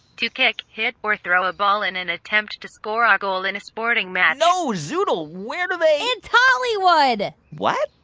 to kick, hit or throw a ball in an attempt to score a ah goal in a sporting match no, zoodle, where do they. it's hollywood what?